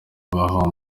bahawe